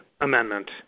Amendment